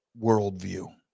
worldview